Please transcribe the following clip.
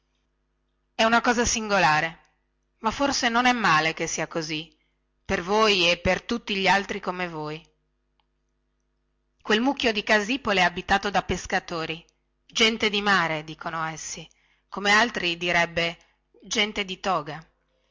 è una cosa singolare ma forse non è male che sia così per voi e per tutti gli altri come voi quel mucchio di casipole è abitato da pescatori gente di mare dicon essi come altri direbbe gente di toga